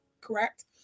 Correct